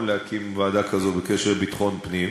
להתקין ועדה כזאת בקשר לביטחון פנים,